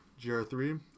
GR3